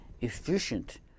efficient